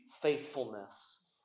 faithfulness